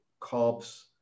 carbs